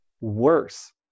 worse